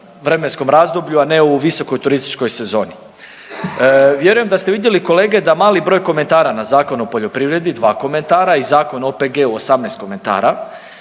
vremenskom razdoblju, a ne u visokoj turističkoj sezoni. Vjerujem da ste vidjeli kolege da mali broj komentara na Zakon o poljoprivredi, dva komentara i Zakon o OPG-u 18 komentara,